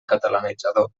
catalanitzador